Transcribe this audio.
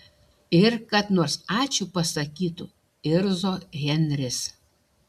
ir kad nors ačiū pasakytų irzo henris